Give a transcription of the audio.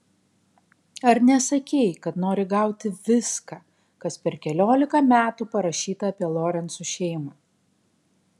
ar nesakei kad nori gauti viską kas per keliolika metų parašyta apie lorencų šeimą